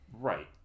Right